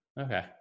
Okay